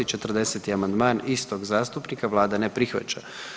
40. amandman istog zastupnika, Vlada ne prihvaća.